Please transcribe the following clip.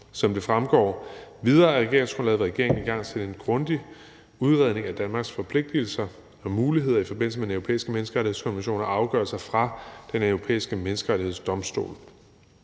Som det fremgår videre af regeringsgrundlaget, vil regeringen igangsætte en grundig udredning af Danmarks forpligtigelser og muligheder i forbindelse med Den Europæiske Menneskerettighedskonvention og afgørelser fra Den Europæiske Menneskerettighedsdomstol.